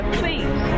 please